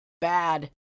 bad